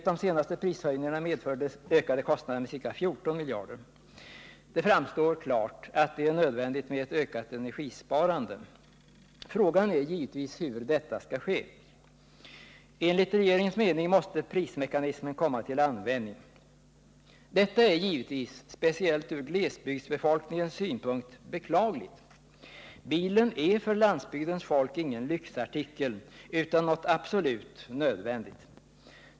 De senaste prishöjningarna medförde ökade kostnader med ca 14 miljarder. Det står därför klart att det är nödvändigt med ett ökat energisparande. Frågan är givetvis hur detta skall ske. Enligt regeringens mening måste prismekanismen komma till användning. Detta är givetvis speciellt ur glesbygdsbefolkningens synvinkel beklagligt. Bilen är för landsbygdens folk ingen lyxartikel utan något absolut nödvändigt.